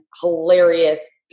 hilarious